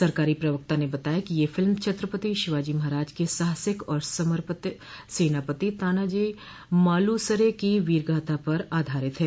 सरकारी प्रवक्ता ने बताया कि यह फिल्म छत्रपति शिवाजी महाराज के साहसिक और समर्पित सेनापति तानाजी मालूसरे की वीरगाथा पर आधारित है